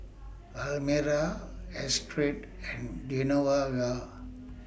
Almyra Astrid and Genoveva